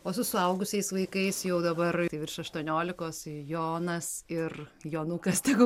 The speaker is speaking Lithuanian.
o su suaugusiais vaikais jau dabar virš aštuoniolikos jonas ir jonukas tegu